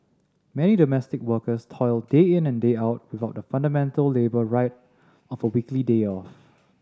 many domestic workers toil day in and day out without the fundamental labour right of a weekly day off